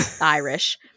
Irish